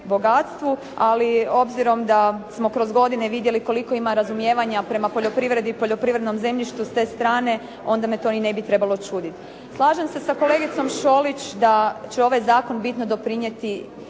ali obzirom da smo kroz godine vidjeli koliko ima razumijevanja prema poljoprivredi i poljoprivrednom zemljištu s te strane, onda me to i ne bi trebalo čuditi. Slažem se sa kolegicom Šolić da će ovaj zakon bitno doprinijeti